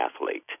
athlete